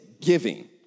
giving